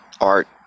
art